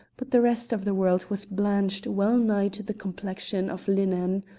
but the rest of the world was blanched well-nigh to the complexion of linen.